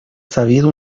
sabido